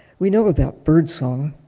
we know about birdsong.